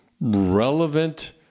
relevant